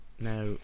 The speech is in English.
now